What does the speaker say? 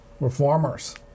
reformers